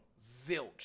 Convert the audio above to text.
zilch